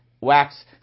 wax